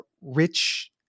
rich